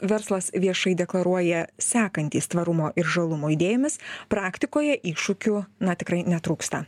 verslas viešai deklaruoja sekantys tvarumo ir žalumo idėjomis praktikoje iššūkių na tikrai netrūksta